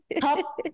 top